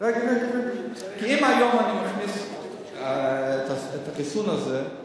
כי אם היום אני מכניס את החיסון הזה,